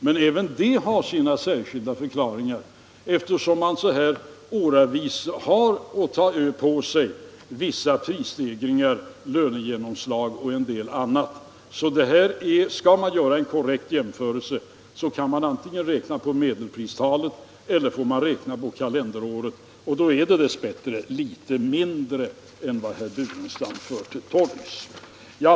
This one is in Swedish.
Men även det har sina särskilda förklaringar, eftersom man i detta läge av året har att ta på sig vissa prisstegringar, lönegenomslag och en del annat. Skall man göra en korrekt jämförelse kan man antingen räkna på medelpristalet eller kalenderårsmässigt, och då är det dess bättre litet mindre än det tal som herr Burenstam Linder för till torgs.